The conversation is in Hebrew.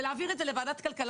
ולהעביר את זה לוועדת הכלכלה.